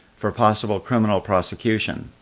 for possible criminal prosecution.